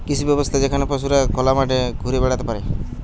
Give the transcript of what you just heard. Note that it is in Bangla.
কৃষি ব্যবস্থা যেখানে পশুরা খোলা মাঠে ঘুরে বেড়াতে পারে